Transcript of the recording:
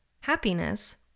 Happiness